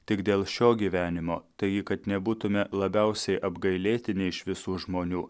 tik dėl šio gyvenimo taigi kad nebūtume labiausiai apgailėtini iš visų žmonių